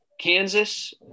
Kansas